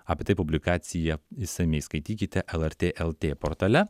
apie tai publikacija išsamiai skaitykite lrt lt portale